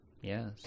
Yes